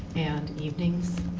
and evenings,